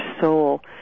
soul